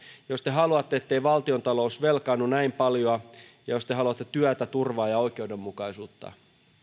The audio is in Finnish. jos te haluatte ettei valtiontalous velkaannu näin paljoa ja jos te haluatte työtä turvaa ja oikeudenmukaisuutta